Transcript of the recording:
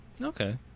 Okay